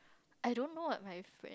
I don't know like my friend